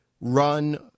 run